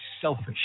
selfish